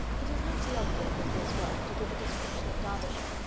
it is not the object of this work to give a description of derbyshire,